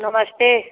नमस्ते